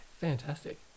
Fantastic